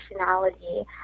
functionality